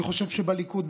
אני שחושב שבליכוד,